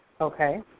Okay